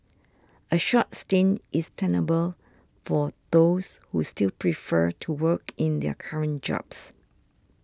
a short stint is tenable for those who still prefer to work in their current jobs